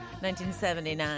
1979